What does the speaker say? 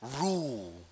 rule